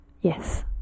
Yes